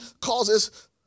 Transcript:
causes